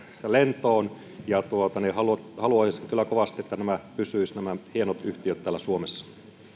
lentoon ja haluaisin kyllä kovasti että nämä hienot yhtiöt pysyisivät täällä suomessa